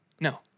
No